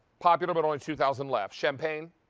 popular, but only two thousand left. champagne,